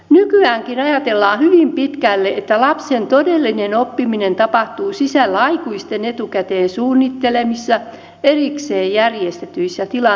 nykyäänkin ajatellaan hyvin pitkälle että lapsen todellinen oppiminen tapahtuu sisällä aikuisten etukäteen suunnittelemissa erikseen järjestetyissä tilanteissa